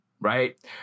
right